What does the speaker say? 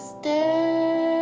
stay